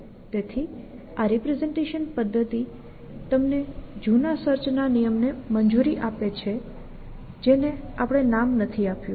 તેથી આ રિપ્રેસેંટેશન પદ્ધતિ તમને જૂના સર્ચ ના નિયમને મંજૂરી આપે છે જેને આપણે નામ નથી આપ્યું